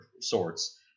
sorts